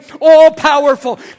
all-powerful